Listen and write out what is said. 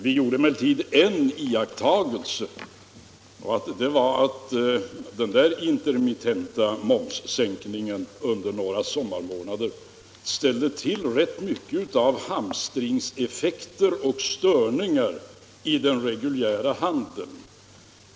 Vi gjorde emellertid en iakttagelse, nämligen att den intermittenta momssänkningen under några sommarmånader ställde till rätt mycket av hamstringseffekter och störningar i den reguljära handeln.